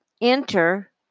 enter